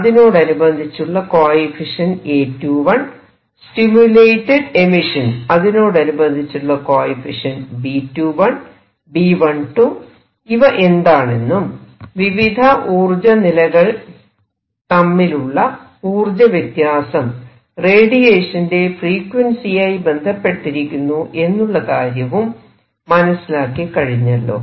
അതിനോടനുബന്ധിച്ചുള്ള coefficient A21 stimulated emission അതിനോടനുബന്ധിച്ചുള്ള coefficient B21 B12 ഇവ എന്താണെന്നും വിവിധ ഊർജ നിലകൾ തമ്മിലുള്ള ഊർജ വ്യത്യാസം റേഡിയേഷന്റെ ഫ്രീക്വൻസിയുമായി ബന്ധപ്പെട്ടിരിക്കുന്നു എന്നുള്ള കാര്യവും മനസിലാക്കി കഴിഞ്ഞല്ലോ